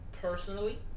personally